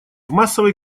массовой